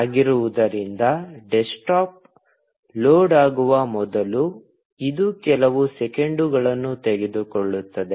ಆಗಿರುವುದರಿಂದ desktop load ಆಗುವ ಮೊದಲು ಇದು ಕೆಲವು ಸೆಕೆಂಡುಗಳನ್ನು ತೆಗೆದುಕೊಳ್ಳುತ್ತದೆ